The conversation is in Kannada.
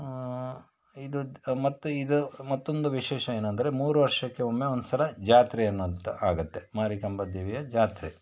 ಇದು ಮತ್ತು ಇದು ಮತ್ತೊಂದು ವಿಶೇಷ ಏನಂದರೆ ಮೂರು ವರ್ಷಕ್ಕೆ ಒಮ್ಮೆ ಒಂದು ಸಲ ಜಾತ್ರೆ ಅನ್ನೋವಂಥ ಆಗುತ್ತೆ ಮಾರಿಕಾಂಬ ದೇವಿಯ ಜಾತ್ರೆ